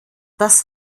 das